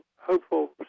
hopeful